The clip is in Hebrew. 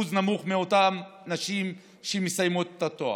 אחוז נמוך מאותן נשים שמסיימות את התואר.